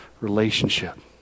relationship